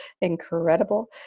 incredible